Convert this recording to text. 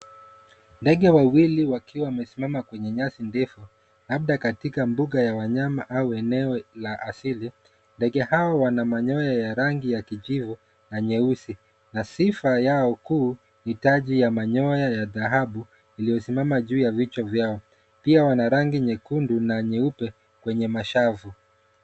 Ndege wawili wakiwa wamesimama kwenye nyasi ndefu labda katika mbuga ya wanyama au eneo la asili. Ndege hawa wana manyoya ya rangi ya kijivu na nyeusi na sifa yao kuu ni taji ya manyoya ya dhahabu iliyosimama juu ya vichwa vyao. Pia wana rangi nyekundu na nyeupe kwenye mashavu.